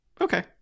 Okay